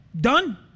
Done